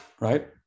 right